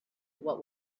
what